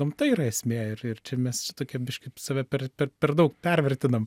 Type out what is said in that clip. gamta yra esmė ir ir čia mes čia tokie biškį save per per per daug pervertinam